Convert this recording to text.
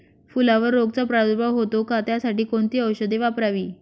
फुलावर रोगचा प्रादुर्भाव होतो का? त्यासाठी कोणती औषधे वापरावी?